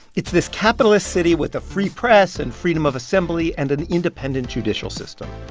it's this capitalist city with a free press and freedom of assembly and an independent judicial system.